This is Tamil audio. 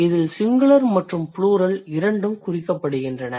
இதில் சிங்குலர் மற்றும் ப்ளூரல் இரண்டும் குறிக்கப்படுகின்றன